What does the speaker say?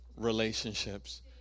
relationships